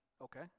okay